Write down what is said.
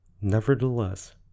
Nevertheless